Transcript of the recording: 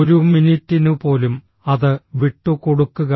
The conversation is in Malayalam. ഒരു മിനിറ്റിനുപോലും അത് വിട്ടുകൊടുക്കുക